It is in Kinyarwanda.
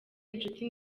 inshuti